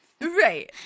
Right